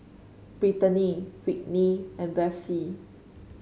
Brittanie Whitney and Blaise